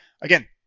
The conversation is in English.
again